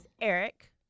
Eric